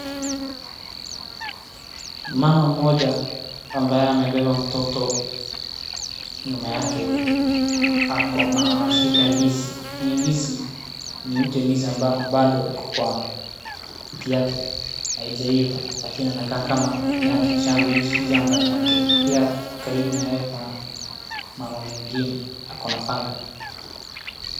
Mama mmoja, ambaye amebeba mtoto, nyuma yake, ako anashika ndizi. Hii ndizi, ni mti ya ndizi ambayo bado iko kwa mti yake, haijaiva lakini anakaa kama hii shamba ni yake. Pia, karibu na yeye kuna mama mwingine ako na panga.